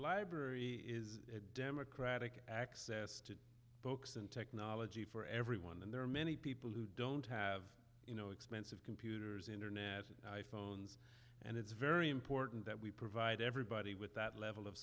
library is a democratic access to books and technology for everyone and there are many people who don't have you know expensive computers internet i phones and it's very important that we provide everybody with that level of